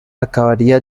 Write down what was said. acabaría